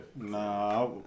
Nah